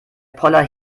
poller